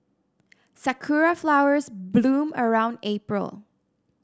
sakura flowers bloom around April